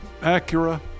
Acura